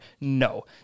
No